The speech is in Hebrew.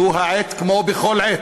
זו העת, כמו בכל עת,